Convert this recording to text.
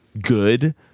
good